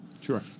Sure